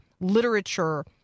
literature